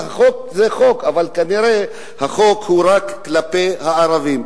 החוק זה חוק, אבל כנראה החוק הוא רק כלפי הערבים.